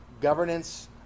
governance